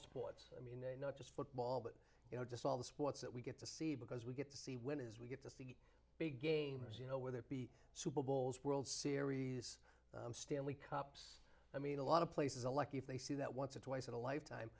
sports i mean not just football but you know just all the sports that we get to see because we get to see when it is we get the big games you know whether it be super bowls world series stanley cups i mean a lot of places a lucky if they see that once or twice in a lifetime